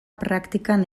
praktikan